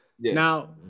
Now